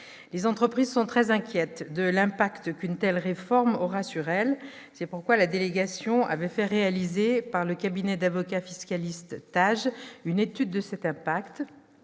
Les entreprises sont très inquiètes de l'impact qu'une telle réforme aura sur elles ; c'est pourquoi la délégation aux entreprises avait fait réaliser, par le cabinet d'avocats fiscalistes Taj, une étude de cet impact.